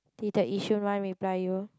did the Yishun one reply you